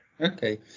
okay